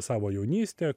savo jaunystė